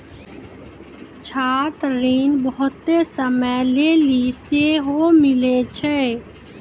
छात्र ऋण बहुते समय लेली सेहो मिलै छै